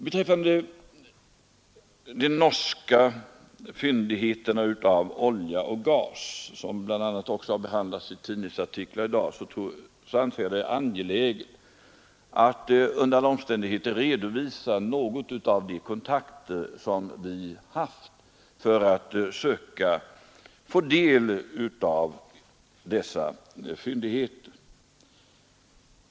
Beträffande de norska fyndigheterna av olja och gas, som bl.a. också behandlats i tidningsartiklar i dag, anser jag det angeläget att under alla omständigheter redovisa något av de kontakter som vi haft för att söka få del av dessa fyndigheter.